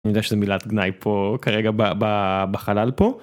אני יודע שזו מילת גנאי פה כרגע בחלל פה.